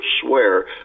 swear